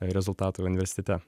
rezultato universitete